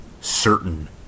certain